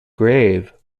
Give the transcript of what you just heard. grave